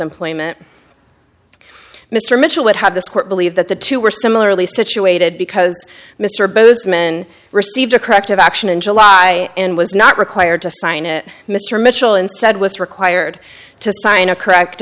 employment mr mitchell would have this court believe that the two were similarly situated because mr bozeman received a corrective action in july and was not required to sign it mr mitchell instead was required to sign a correct